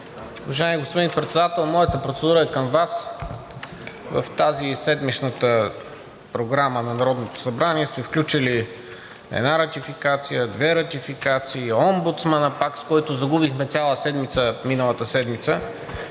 Уважаеми господин Председател, моята процедура е към Вас. В седмичната Програма на Народното събрание сте включили една ратификация, две ратификации, омбудсмана пак, с който загубихме цяла седмица, миналата седмица,